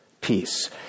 Peace